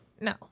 No